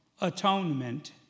atonement